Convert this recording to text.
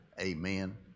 Amen